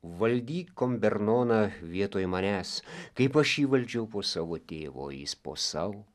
valdyk kombernoną vietoj manęs kaip aš įvaldžiau po savo tėvo o jis po savo